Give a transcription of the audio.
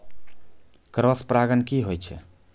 Cross परागण की होय छै?